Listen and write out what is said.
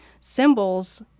symbols